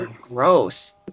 gross